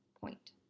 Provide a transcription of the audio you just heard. point